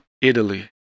Italy